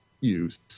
use